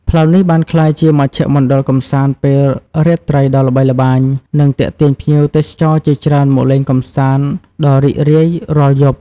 ផ្លូវនេះបានក្លាយជាមជ្ឈមណ្ឌលកម្សាន្តពេលរាត្រីដ៏ល្បីល្បាញ និងទាក់ទាញភ្ញៀវទេសចរជាច្រើនមកលេងកម្សាន្តដ៏រីករាយរាល់យប់។